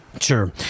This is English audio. Sure